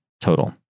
total